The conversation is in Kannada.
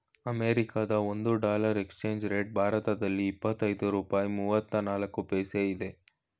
ಅಮೆರಿಕದ ಒಂದು ಡಾಲರ್ ಎಕ್ಸ್ಚೇಂಜ್ ರೇಟ್ ಭಾರತದಲ್ಲಿ ಎಪ್ಪತ್ತೈದು ರೂಪಾಯಿ ಮೂವ್ನಾಲ್ಕು ಪೈಸಾ ಇದೆ